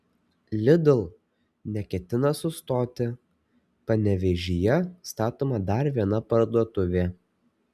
lidl neketina sustoti panevėžyje statoma dar viena parduotuvė